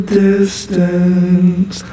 distance